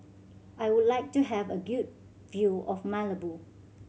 I would like to have a good view of Malabo